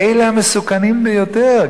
אלה המסוכנים ביותר,